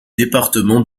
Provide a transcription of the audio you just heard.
département